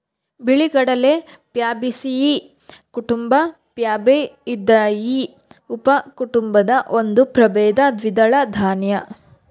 ಬಿಳಿಗಡಲೆ ಪ್ಯಾಬೇಸಿಯೀ ಕುಟುಂಬ ಪ್ಯಾಬಾಯ್ದಿಯಿ ಉಪಕುಟುಂಬದ ಒಂದು ಪ್ರಭೇದ ದ್ವಿದಳ ದಾನ್ಯ